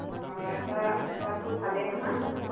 অঁ ৰাষ্টা ঘাটবোৰ ভালেই নহয়